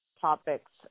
topics